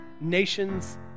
nation's